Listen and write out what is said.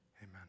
Amen